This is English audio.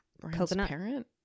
transparent